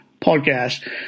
podcast